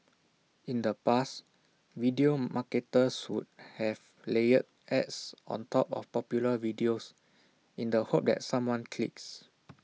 in the past video marketers would have layered ads on top of popular videos in the hope that someone clicks